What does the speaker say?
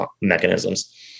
mechanisms